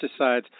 pesticides